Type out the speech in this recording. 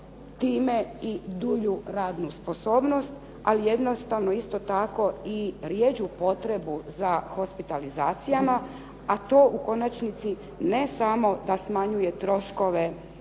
time i dulju radnu sposobnost ali jednostavno isto tako i rjeđu potrebu za hospitalizacijama a to u konačnici ne samo da smanjuje troškove liječenja